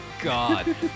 god